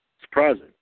Surprising